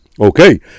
Okay